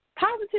Positive